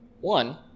One